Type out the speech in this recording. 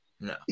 No